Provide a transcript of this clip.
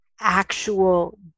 actual